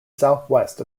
southwest